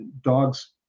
dogs